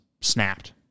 snapped